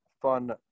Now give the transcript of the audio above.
fun